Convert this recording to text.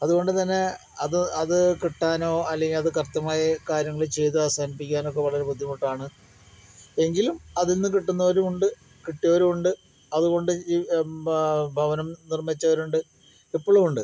അതുകൊണ്ട് തന്നെ അത് അത് കിട്ടാനോ അല്ലെങ്കിൽ അത് കൃത്യമായി കാര്യങ്ങള് ചെയ്ത് അവസാനിപ്പിക്കാനൊക്കെ വളരെ ബുദ്ധിമുട്ടാണ് എങ്കിലും അതിൽ നിന്ന് കിട്ടുന്നവരും ഉണ്ട് കിട്ടിയവരും ഉണ്ട് അതുകൊണ്ട് ഈ ഭവനം നിർമ്മിച്ചവരുണ്ട് ഇപ്പോഴുമുണ്ട്